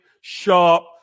sharp